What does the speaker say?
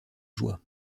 joie